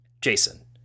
Jason